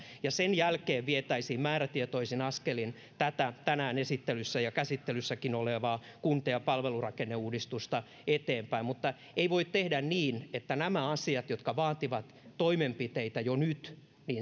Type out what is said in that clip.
ja sen jälkeen vietäisiin määrätietoisin askelin tätä tänään esittelyssä ja käsittelyssäkin olevaa kunta ja palvelurakenneuudistusta eteenpäin mutta ei voi tehdä niin että nämä asiat jotka vaativat toimenpiteitä jo nyt